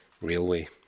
railway